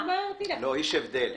יש הבדל.